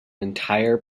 entire